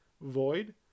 Void